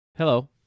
Hello